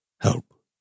help